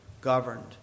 governed